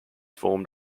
formed